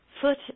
foot